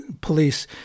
police